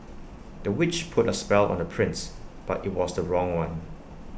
the witch put A spell on the prince but IT was the wrong one